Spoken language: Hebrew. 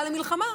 עילה למלחמה,